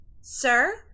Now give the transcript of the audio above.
sir